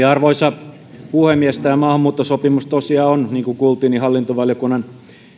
arvoisa puhemies tämä maahanmuuttosopimus tosiaan on niin kuin kuultiin hallintovaliokunnan